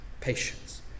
patience